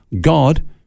God